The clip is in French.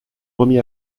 remis